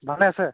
ভালে আছে